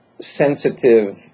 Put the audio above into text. sensitive